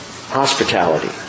Hospitality